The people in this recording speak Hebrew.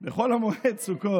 זה החוק הנורבגי,